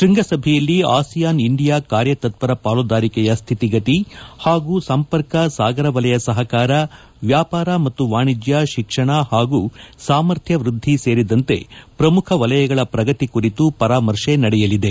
ಶ್ಬಂಗಸಭೆಯಲ್ಲಿ ASEAN India ಕಾರ್ಯತತ್ಪರ ಪಾಲುದಾರಿಕೆಯ ಸ್ಥಿತಿಗತಿ ಹಾಗೂ ಸಂಪರ್ಕ ಸಾಗರ ವಲಯ ಸಹಕಾರ ವ್ಯಾಪಾರ ಮತ್ತು ವಾಣಿಜ್ಯ ಶಿಕ್ಷಣ ಹಾಗೂ ಸಾಮರ್ಥ್ಯ ವ್ವದ್ದಿ ಸೇರಿದಂತೆ ಪ್ರಮುಖ ವಲಯಗಳ ಪ್ರಗತಿ ಕುರಿತು ಪರಾಮರ್ಶೆ ನಡೆಯಲಿದೆ